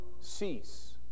cease